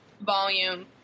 volume